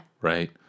Right